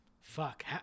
Fuck